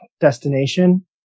destination